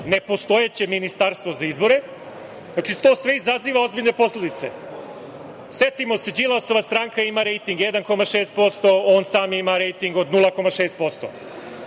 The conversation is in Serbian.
nepostojeće „ministarstvo za izbore“, znači to sve izaziva ozbiljne posledice. Setimo se, Đilasova stranka ima rejting 1,6%. On sam ima rejting od 0,6%.